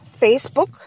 Facebook